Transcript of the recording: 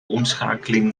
omschakeling